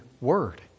word